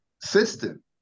system